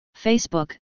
Facebook